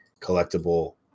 collectible